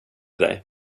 dig